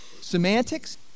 Semantics